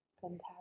Fantastic